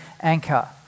Anchor